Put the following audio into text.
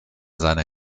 seiner